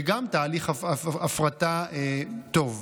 וגם תהליך הפרטה טוב.